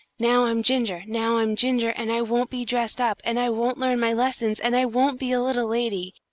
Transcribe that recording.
now i'm ginger! now i'm ginger! and i won't be dressed up, and i won't learn my lessons, and i won't be a little lady,